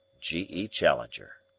g. e. challenger.